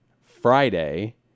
Friday